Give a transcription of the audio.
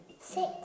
Six